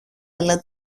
αλλά